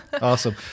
Awesome